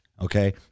okay